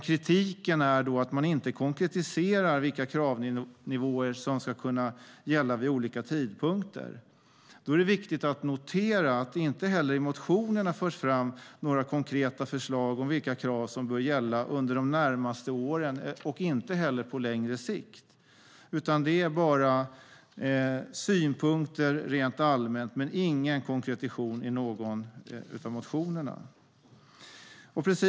Kritiken handlar om att man inte konkretiserar vilka kravnivåer som ska kunna gälla vid olika tidpunkter. Då är det viktigt att notera att det inte heller i motionerna förs fram några konkreta förslag om vilka krav som bör gälla under de närmaste åren, inte heller på längre sikt. Det är bara synpunkter rent allmänt men ingen konkretion i någon av motionerna.